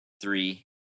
three